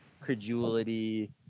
credulity